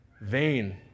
Vain